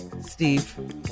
Steve